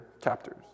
captors